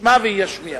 ישמע וישמיע.